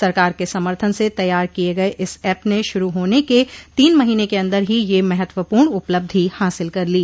सरकार के समर्थन से तैयार किये गये इस एप ने शुरू होने के तीन महीने के अन्दर ही यह महत्वपूर्ण उपलब्धि हासिल कर ली